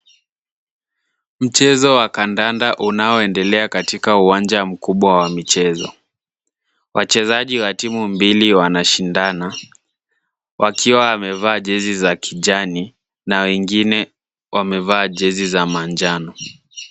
Mchezo wa kandanda unaoendelea katika uwanja mkubwa wa michezo. Wachezaji wa timu mbili wanashindana, wakiwa wamevaa jezi za kijani na wengine wamevaa jezi za manjano.